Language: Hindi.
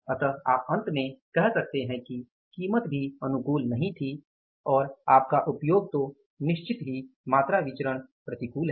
तो आप अंत में कह सकते हैं कि कीमत भी अनुकूल नहीं थी और आपका उपयोग तो निश्चित ही मात्रा विचरण प्रतिकूल है